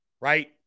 right